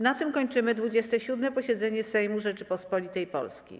Na tym kończymy 27. posiedzenie Sejmu Rzeczypospolitej Polskiej.